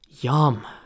yum